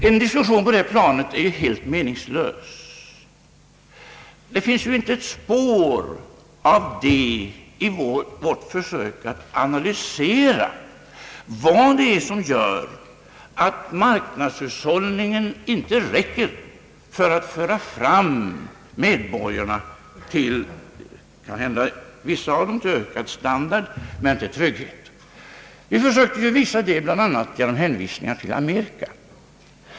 En diskussion på det planet är helt meningslös. Det finns inte ett spår av någonting sådant i vårt försök att analysera vad det är som gör att marknadshushållningen inte räcker för att ge medborgarna trygghet. Vi försökte visa det bland annat genom hänvisningar till Amerika.